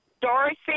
Dorothy